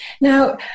Now